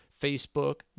Facebook